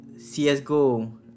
CSGO